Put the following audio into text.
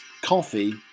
coffee